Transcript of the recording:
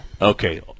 Okay